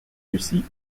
lucie